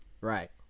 Right